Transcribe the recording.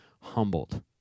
humbled